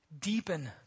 deepen